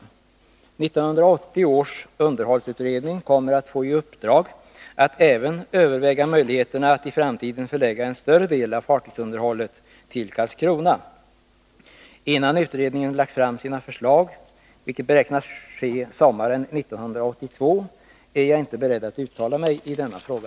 1980 års underhållsutredning kommer att få i uppdrag att även överväga möjligheterna att i framtiden förlägga en större del av fartygsunderhållet till Karlskrona. Innan utredningen lagt fram sina förslag, vilket beräknas ske sommaren 1982, är jag inte beredd att uttala mig i denna fråga.